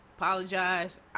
apologize